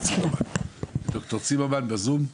ד"ר צימרמן בזום.